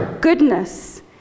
goodness